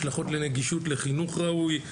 השלכות לנגישות לחינוך ראוי,